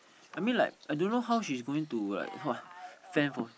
I mean like I don't know how she's going to like fend for